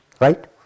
right